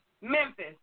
Memphis